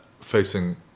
facing